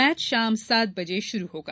match शाम सात बजे शुरू होगा